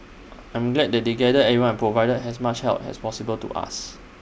I'm glad that they gathered everyone provided as much help as possible to us